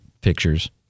pictures